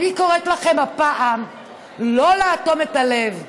אני קוראת לכם הפעם לא לאטום את הלב.